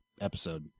episode